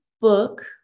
book